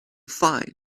find